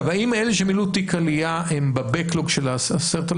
האם אלה שמילאו תיק עלייה הם ב- backlog של ה-10,000?